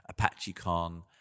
ApacheCon